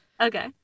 Okay